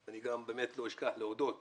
אני לא אשכח להודות